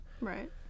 right